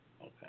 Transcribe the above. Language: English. Okay